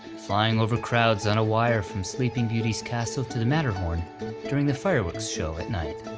flying over crowds on a wire from sleeping beautyss castle to the matterhorn during the fireworks shows at night.